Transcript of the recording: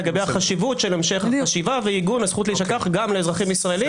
לגבי החשיבות של המשך החשיבה ועיגון הזכות להישכח גם לאזרחים ישראלים,